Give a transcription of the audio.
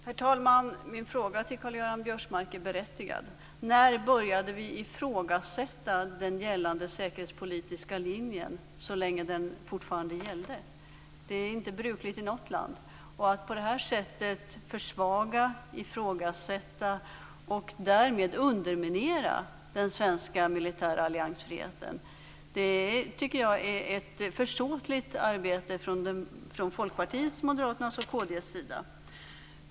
Herr talman! Min fråga till Karl-Göran Biörsmark är berättigad. När började vi ifrågasätta den gällande säkerhetspolitiska linjen så länge den fortfarande gällde? Det är inte brukligt i något land. Att på det här sättet försvaga, ifrågasätta och därmed underminera den svenska militära alliansfriheten är ett försåtligt arbete från Folkpartiets, Moderaternas och kd:s sida.